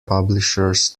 publishers